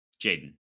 Jaden